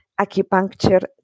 acupuncture